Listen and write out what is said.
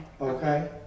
okay